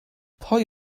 pwy